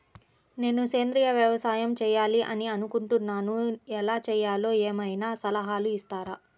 నేను సేంద్రియ వ్యవసాయం చేయాలి అని అనుకుంటున్నాను, ఎలా చేయాలో ఏమయినా సలహాలు ఇస్తారా?